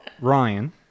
ryan